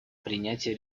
принятия